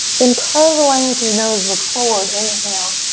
then carve a line with your nose, look forward, inhale.